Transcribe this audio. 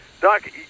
Doc